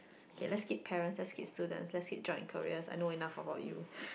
okay let's skip parent let's skip student let's skip job and career I know enough for about you